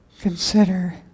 consider